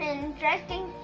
interesting